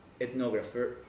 ethnographer